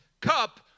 cup